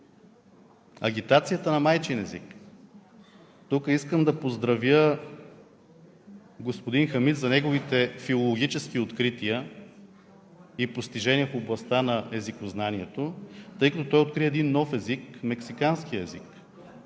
Агитацията на майчин език. Тук искам да поздравя господин Хамид за неговите филологически открития и постижения в областта на езикознанието, тъй като той откри един нов език – мексиканския език